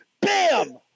Bam